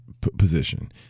position